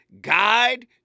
guide